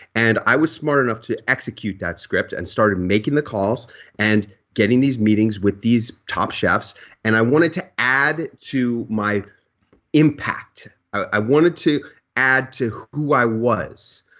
and i was smart enough to execute that script and started making the calls and getting these meetings with these top chefs and i wanted to add to my impact. i wanted to add to who i was.